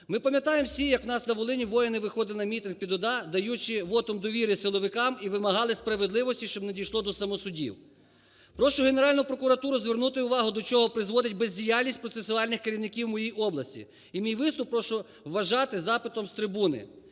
Ми пам'ятаємо всі, як в нас на Волині воїни виходили на мітинг під ОДА, даючи вотум довіри силовикам, і вимагали справедливості, щоб не дійшло до самосудів. Прошу Генеральну прокуратуру звернути увагу, до чого призводить бездіяльність процесуальних керівників в моїй області. І мій виступ прошу вважати запитом з